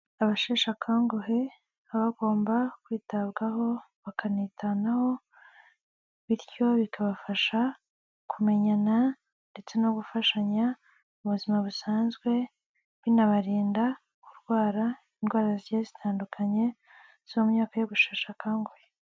Abasheshe akanguhe bagomba kwitabwaho bakanitanaho bityo bikabafasha kumenyana ndetse no gufashanya mu buzima busanzwe binbarinda kurwara indwara ziri zitandukanye zo mu myaka yo gushasha akanguhe.